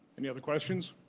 any other questions?